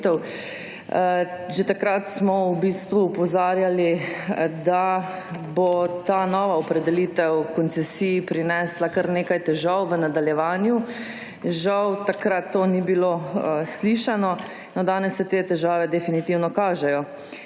Že takrat smo v bistvu opozarjali, da bo ta nova opredelitev koncesij prinesla kar nekaj težav v nadaljevanju. Žal takrat to ni bilo slišano. No, danes se te težave definitivno kažejo.